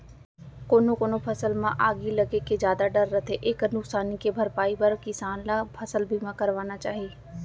कोनो कोनो फसल म आगी लगे के जादा डर रथे एकर नुकसानी के भरपई बर किसान ल फसल बीमा करवाना चाही